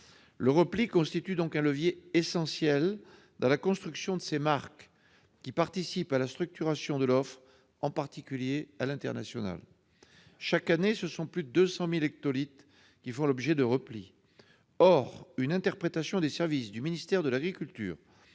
Il constitue donc un levier essentiel dans la construction de ces marques, qui participent à la structuration de l'offre, en particulier à l'international. Chaque année, ce sont plus de 200 000 hectolitres qui font l'objet de replis. Or une interprétation des services du ministère de l'agriculture